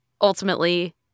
ultimately